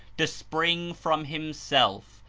to spring from himself,